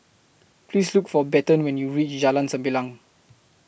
Please Look For Bethann when YOU REACH Jalan Sembilang